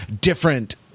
different